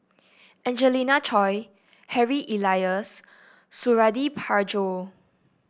Angelina Choy Harry Elias Suradi Parjo